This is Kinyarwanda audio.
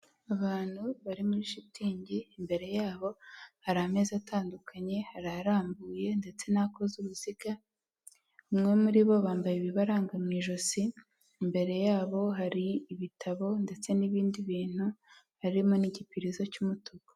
Abantu bari muri shitingi, imbere yabo hari amezi atandukanye ara ararambuye ndetse n'akoze uruziga, umwe muri bo bambaye ibibaranga mu ijosi, imbere yabo hari ibitabo ndetse n'ibindi bintu harimo n'igipirizo cy'umutuku.